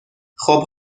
خوب